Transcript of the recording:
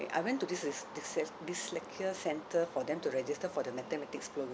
I went to this dys~ this dys~ dyslexia centre for them to register for the mathematics program